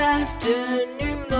afternoon